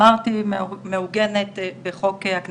כפי שאמרתי,